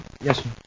Yes